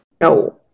No